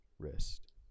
wrist